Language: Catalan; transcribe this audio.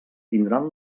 tindran